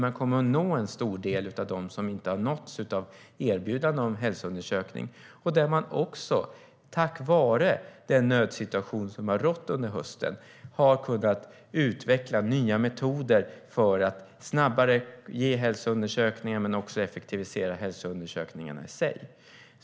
Man kommer att nå en stor del av dem som inte har nåtts av ett erbjudande om hälsoundersökning, och tack vare den nödsituation som har rått under hösten har man utvecklat nya metoder för att snabbare ge hälsoundersökningar men också för att effektivisera hälsoundersökningarna i sig.